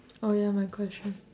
oh ya my question